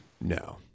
No